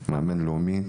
מאמן לאומי?